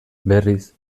berriz